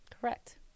correct